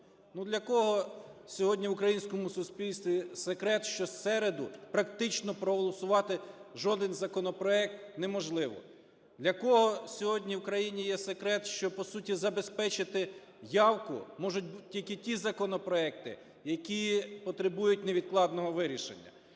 для кого сьогодні в українському суспільстві секрет, що в середу практично проголосувати жоден законопроект неможливо. Для кого сьогодні в країні є секрет, що, по суті, забезпечити явку можуть тільки ті законопроекти, які потребують невідкладного вирішення?